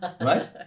right